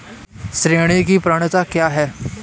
ऋण की पात्रता क्या है?